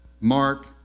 Mark